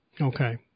Okay